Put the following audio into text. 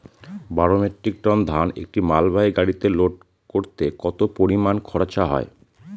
বারো metric ton ধান একটি মালবাহী গাড়িতে লোড করতে কতো পরিমাণ খরচা হয়?